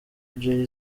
jay